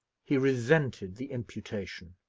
he resented the imputation.